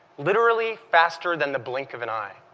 literally fast er than the blink of an eye.